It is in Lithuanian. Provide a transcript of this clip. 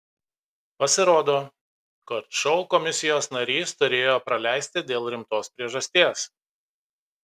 pasirodo kad šou komisijos narys turėjo praleisti dėl rimtos priežasties